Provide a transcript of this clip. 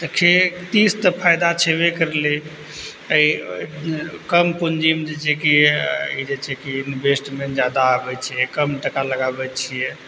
तऽ खेती से तऽ फायदा छेबै करलै कम पूँजीमे जे छै कि ई जे छै कि इन्वेस्टमेन्ट जादा अबै छै कम टका लगाबै छियै